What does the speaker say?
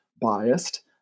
biased